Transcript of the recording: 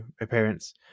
appearance